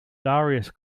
darius